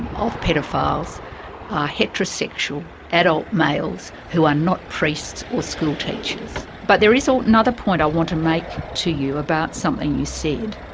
and of paedophiles are heterosexual, adult males, who are not priests or schoolteachers. but there is so another point i want to make to you about something you said,